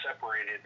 separated